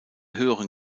höheren